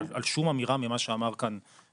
על שום אמירה ממה שאמר כאן